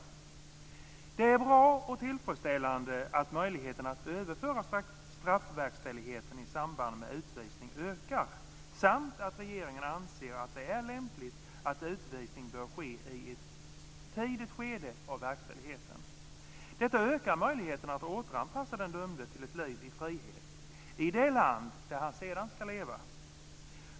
Det är bra och tillfredsställande att möjligheten att överföra straffverkställigheten i samband med utvisning ökar, samt att regeringen anser att det är lämpligt att utvisningen bör ske i ett tidigt skede av verkställigheten. Detta ökar möjligheten att återanpassa den dömde till ett liv i frihet i det land där han sedan ska leva.